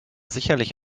sicherlich